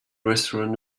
restaurant